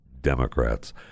Democrats